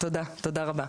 תודה רבה.